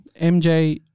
MJ